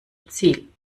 ziel